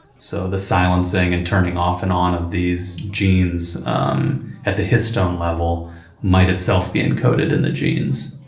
so the silencing and turning off and on of these genes um at the histone level might itself be encoded in the genes.